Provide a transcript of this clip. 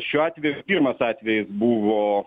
šiuo atveju pirmas atvejis buvo